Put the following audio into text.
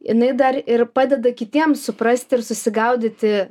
jinai dar ir padeda kitiems suprasti ir susigaudyti